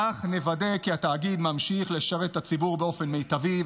כך נוודא כי התאגיד ממשיך לשרת את הציבור באופן מיטבי,